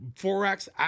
Forex